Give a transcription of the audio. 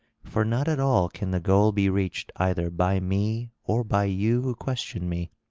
for not at all can the goal be reached either by me or by you who question me.